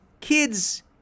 kids